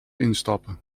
instappen